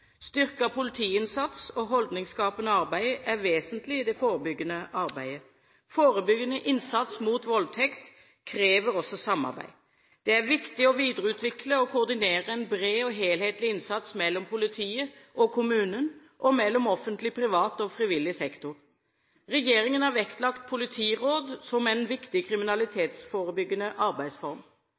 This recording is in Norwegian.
Styrket politiinnsats og holdningsskapende arbeid er vesentlig i det forebyggende arbeidet. Forebyggende innsats mot voldtekt krever også samarbeid. Det er viktig å videreutvikle og koordinere en bred, helhetlig innsats mellom politiet og kommunen, og mellom offentlig, privat og frivillig sektor. Regjeringen har vektlagt politiråd som en viktig kriminalitetsforebyggende arbeidsform.